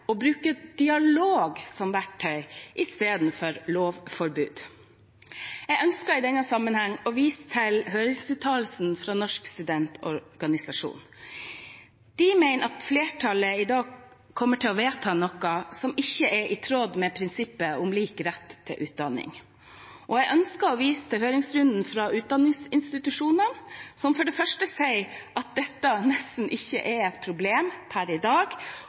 bruke dialog som verktøy istedenfor lovforbud. Jeg ønsker i denne sammenheng å vise til høringsuttalelsen fra Norsk studentorganisasjon. De mener at flertallet i dag kommer til å vedta noe som ikke er i tråd med prinsippet om lik rett til utdanning. Jeg ønsker også å vise til høringssvarene fra utdanningsinstitusjonene, som for det første sier at dette nesten ikke er et problem per i dag,